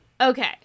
Okay